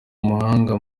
umuhanga